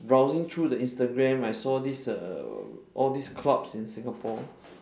browsing through the instagram I saw this err all these clubs in singapore